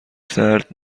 سرد